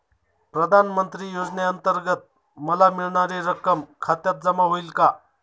प्रधानमंत्री योजनेअंतर्गत मला मिळणारी रक्कम खात्यात जमा होईल का?